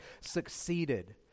succeeded